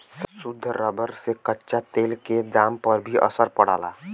शुद्ध रबर से कच्चा तेल क दाम पर भी असर पड़ला